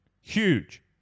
Huge